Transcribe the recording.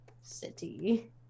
city